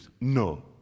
No